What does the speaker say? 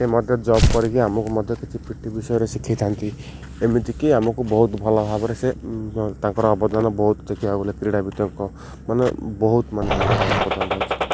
ସେ ମଧ୍ୟ ଜବ୍ କରିକି ଆମକୁ ମଧ୍ୟ କିଛି ପି ଟି ବିଷୟରେ ଶିଖାଇଥାନ୍ତି ଏମିତିକି ଆମକୁ ବହୁତ ଭଲ ଭାବରେ ସେ ତାଙ୍କର ଅବଦାନ ବହୁତ ଦେଖିବାକୁ ଗଲେ କ୍ରୀଡ଼ାବିତ୍ଙ୍କ ମାନେ ବହୁତ ମାନେ ତାଙ୍କର ଅବଦାନ ଅଛି